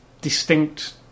distinct